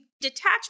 detach